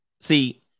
See